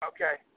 Okay